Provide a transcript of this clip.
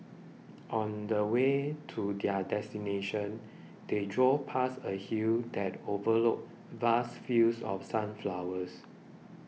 on the way to their destination they drove past a hill that overlooked vast fields of sunflowers